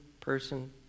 person